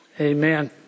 Amen